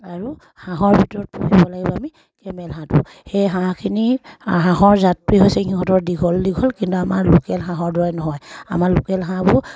আৰু হাঁহৰ ভিতৰত পুহিব লাগিব আমি কেমেল হাঁহটো সেই হাঁহখিনি হাঁহৰ জাততোৱে হৈছে সিহঁতৰ দীঘল দীঘল কিন্তু আমাৰ লোকেল হাঁহৰ দৰে নহয় আমাৰ লোকেল হাঁহবোৰ